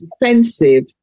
defensive